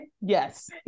yes